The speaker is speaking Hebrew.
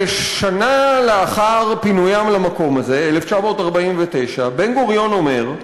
שנה לאחר פינוים למקום הזה, 1949, בן-גוריון אומר: